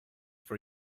for